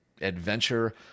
adventure